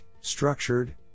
structured